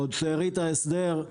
עוד שארית ההסדר,